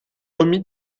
omis